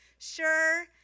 Sure